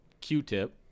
Q-tip